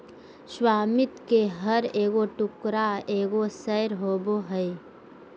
स्वामित्व के हर एगो टुकड़ा एगो शेयर होबो हइ